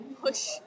push